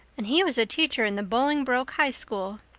and he was a teacher in the bolingbroke high school.